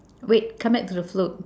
wait come back to the float